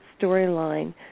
storyline